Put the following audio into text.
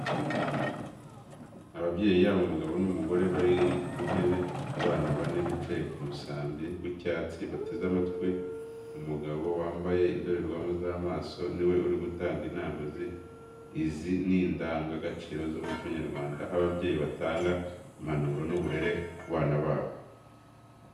Ababyeyi yaba umugabo n’umugore bari ku ntebe, Abana bane bicaye kumusambi w’icyatsi, bateze amatwi Umugabo wambaye indorerwamo z'amaso, niwe uri gutanga inama izi n'indanga gaciro z’umuco nyarwanda aho ababyeyi batanga impanuro n'uburere ku bana babo.